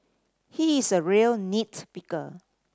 he is a real nit picker